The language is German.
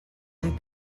und